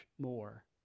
more